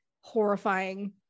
horrifying